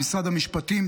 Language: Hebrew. במשרד המשפטים,